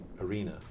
arena